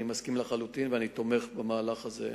אני מסכים לחלוטין ואני תומך במהלך הזה.